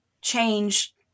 change